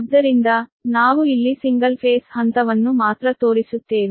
ಆದ್ದರಿಂದ ನಾವು ಇಲ್ಲಿ ಒಂದೇ ಹಂತವನ್ನು ಮಾತ್ರ ತೋರಿಸುತ್ತೇವೆ